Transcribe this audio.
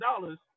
dollars